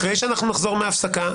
אחרי שאנחנו נחזור מההפסקה,